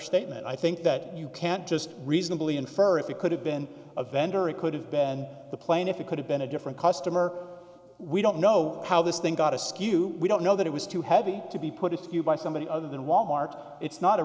statement i think that you can't just reasonably infer if it could have been a vendor it could have been the plaintiff it could have been a different customer we don't know how this thing got askew we don't know that it was too heavy to be put it to you by somebody other than wal mart it's not a